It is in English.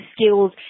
skills